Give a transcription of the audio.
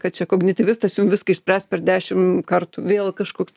kad čia kognityvistas jum viską išspręs per dešimt kartų vėl kažkoks